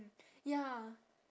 ya